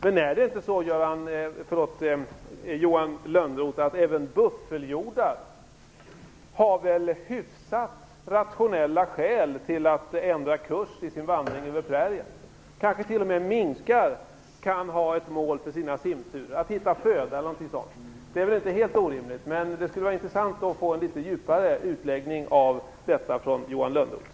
Men är det inte så, Johan Lönnroth, att även buffelhjordar har hyfsat rationella skäl att ändra kurs i sin vandring över prärien? Kanske t.o.m. minkar kan ha ett mål för sina simturer, att hitta föda eller någonting sådant. Det är väl inte helt orimligt. Det skulle vara intressant att få en litet mer ingående utläggning om detta av Johan Lönnroth.